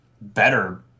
better